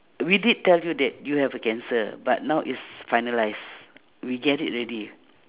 we did tell you that you have a cancer but now is finalise we get it already